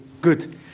good